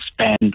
spend